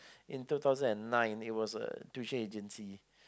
in two thousand and nine it was a tuition agency